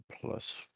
plus